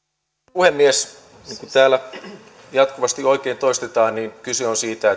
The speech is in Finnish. puhemies niin kuin täällä jatkuvasti oikein toistetaan kyse on siitä